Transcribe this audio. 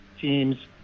teams